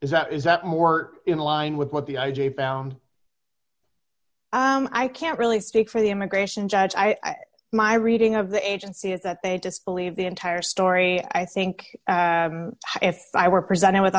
is that is that more in line with what the i g found i can't really speak for the immigration judge i my reading of the agency is that they disbelieve the entire story i think if i were presented with a